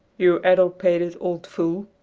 you addlepated old fool,